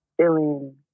feeling